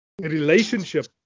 relationship